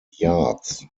yards